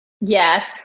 Yes